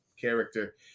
character –